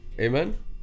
Amen